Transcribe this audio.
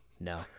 no